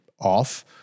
off